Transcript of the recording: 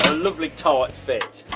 lovely tight fit.